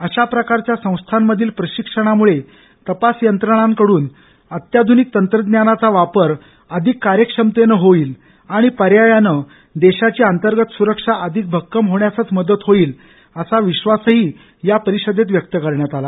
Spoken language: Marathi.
अशा प्रकारच्या संस्थामधील प्रशिक्षणामुळे तपास यत्रणाकडून अत्याध्निक तंत्रज्ञानाचा वापर अधिक कार्याक्षमतेन होईल आणि पर्यायानं देशाची अंतर्गत सुरक्षा अधिक भक्कम होण्यासच मदत होईल असा विश्वासही या परिषदेत व्यक्त करण्यात आला